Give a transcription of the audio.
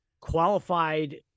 qualified